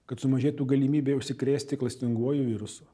kad sumažėtų galimybė užsikrėsti klastinguoju virusu